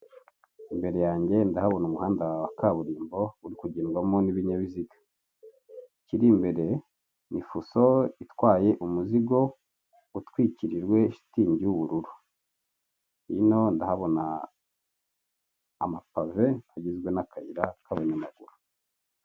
Imbere yanjye ndahabona umuhanda wa kaburimbo uri kugendwamo n'ibinyabiziga, ikiri imbere ni fuso itwaye umuzigo utwikirirwe shitingi y'ubururu, hino ndahabona amapave agizwe n'akayira k'abanyamaguru.